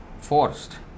forced